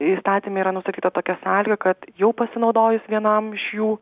įstatyme yra nustatyta tokia sąlyga kad jau pasinaudojus vienam iš jų